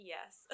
Yes